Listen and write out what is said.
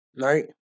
Right